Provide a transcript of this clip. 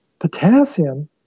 Potassium